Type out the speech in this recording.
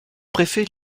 préfet